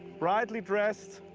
brightly dressed,